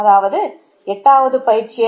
அதாவது எட்டாவது பயிற்சி